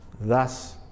Thus